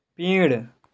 पेड़